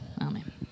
amen